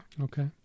Okay